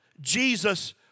Jesus